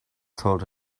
told